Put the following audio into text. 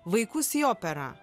vaikus į operą